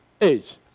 age